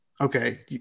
Okay